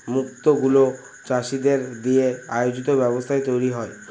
মুক্ত গুলো চাষীদের দিয়ে আয়োজিত ব্যবস্থায় তৈরী হয়